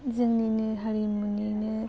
जोंनिनो हारिमुनिनो